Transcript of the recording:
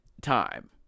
time